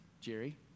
Jerry